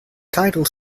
title